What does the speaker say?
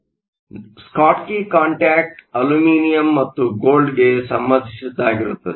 ಆದ್ದರಿಂದ Schottky contact aluminium ಮತ್ತು ಗೋಲ್ಡ್ಗೆ ಸಂಬಂಧಿಸಿದ್ದಾಗಿರುತ್ತದೆ